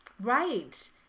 Right